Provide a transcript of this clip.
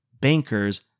bankers